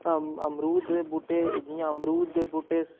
अमरूद दे बूह्टे जि'यां अमरूद दे बूह्टे